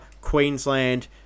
Queensland